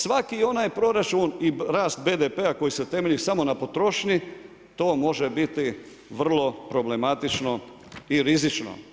Svaki onaj proračun i rast BDP-a koji se temelji samo na potrošnji, to može biti vrlo problematično i rizično.